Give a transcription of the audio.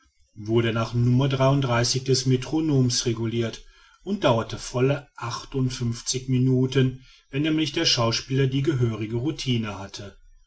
wurde nach no des metronoms regulirt und dauerte volle achtundfünfzig minuten wenn nämlich der schauspieler die gehörige routine hatte